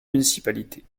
municipalité